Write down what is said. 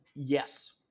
Yes